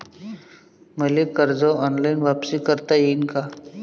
मले कर्ज ऑनलाईन वापिस करता येईन का?